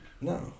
No